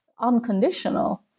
unconditional